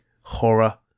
horror